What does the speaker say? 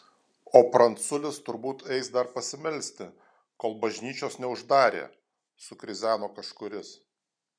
o pranculis turbūt eis dar pasimelsti kol bažnyčios neuždarė sukrizeno kažkuris